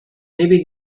maybe